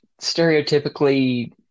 stereotypically